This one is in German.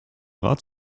rat